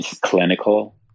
clinical